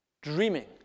dreaming